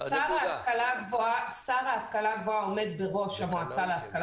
שר ההשכלה הגבוהה עומד בראש המועצה להשכלה